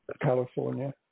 California